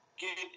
get